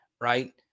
Right